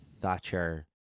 Thatcher